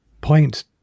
point